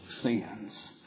sins